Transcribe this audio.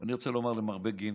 אני רוצה לומר למר בגין